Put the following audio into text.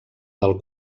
del